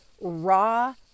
raw